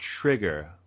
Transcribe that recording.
trigger